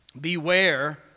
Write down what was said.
Beware